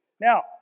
Now